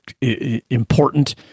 important